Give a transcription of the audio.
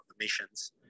emissions